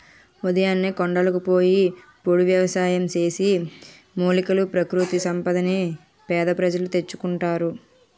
ఉదయాన్నే కొండలకు పోయి పోడు వ్యవసాయం చేసి, మూలికలు, ప్రకృతి సంపదని పేద ప్రజలు తెచ్చుకుంటారు